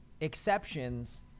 exceptions